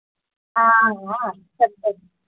हां हां